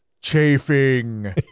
chafing